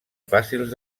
fàcils